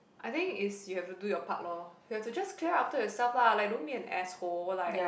I think is you have to do your part lor you have to just clear after yourself lah like don't be an asshole like